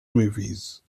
movies